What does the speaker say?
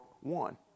one